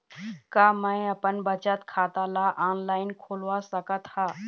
का मैं अपन बचत खाता ला ऑनलाइन खोलवा सकत ह?